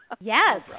Yes